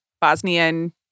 Bosnian